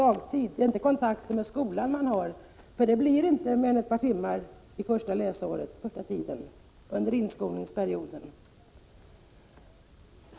Då har man kontakt med barnen hemma, inte i skolan. Det blir inte mer än ett par timmar per dag under inskolningsperioden.